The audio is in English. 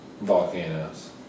Volcanoes